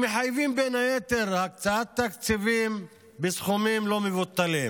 שמחייבים בין היתר הקצאת תקציבים בסכומים לא מבוטלים.